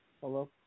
Hello